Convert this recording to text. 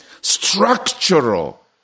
structural